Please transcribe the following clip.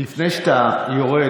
לפני שאתה יורד,